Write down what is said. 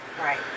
Right